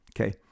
okay